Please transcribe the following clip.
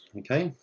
okay?